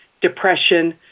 depression